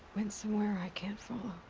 went somewhere i can't follow.